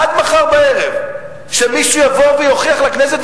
עד מחר בערב שמישהו יבוא ויוכיח לכנסת,